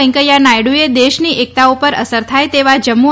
વેંકૈયા નાયડુએ દેશની એકતા ઉપર અસર થાય તેવા જમ્મુ